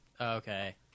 Okay